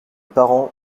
parents